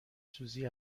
سوزی